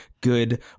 good